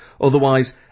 Otherwise